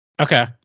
Okay